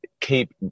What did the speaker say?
keep